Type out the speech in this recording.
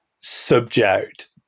subject